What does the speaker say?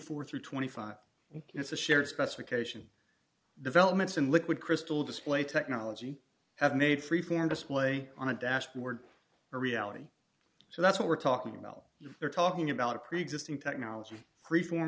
four through twenty five is a shared specification developments in liquid crystal display technology have made free form display on a dashboard a reality so that's what we're talking about you are talking about a preexisting technology freeform